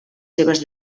seves